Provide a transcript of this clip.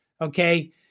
Okay